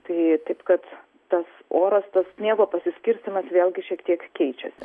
tai taip kad tas oras tas sniego pasiskirstymas vėlgi šiek tiek keičiasi